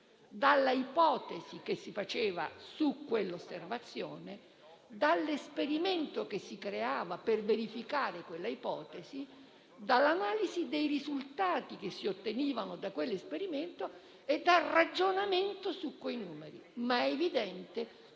dall'ipotesi che si faceva su quell'osservazione, dall'esperimento che si creava per verificare quella ipotesi, dall'analisi dei risultati che si ottenevano da quell'esperimento e dal ragionamento su quei numeri. È evidente